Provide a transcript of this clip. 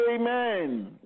Amen